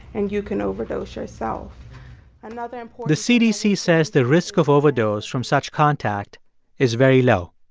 and you can overdose yourself and the and the cdc says the risk of overdose from such contact is very low.